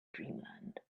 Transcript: dreamland